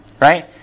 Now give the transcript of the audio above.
right